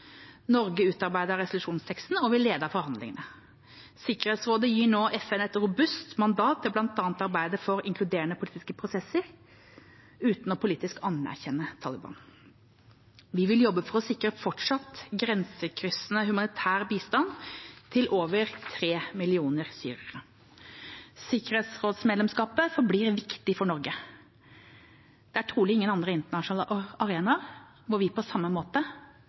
Norge utarbeidet resolusjonsteksten, og vi ledet forhandlingene. Sikkerhetsrådet gir nå FN et robust mandat til bl.a. å arbeide for inkluderende politiske prosesser, uten politisk å anerkjenne Taliban. Vi vil jobbe for å sikre fortsatt grensekryssende humanitær bistand til over tre millioner syrere. Sikkerhetsrådsmedlemskapet forblir viktig for Norge. Det er trolig ingen andre internasjonale arenaer hvor vi på samme måte